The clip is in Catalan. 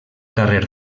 carrer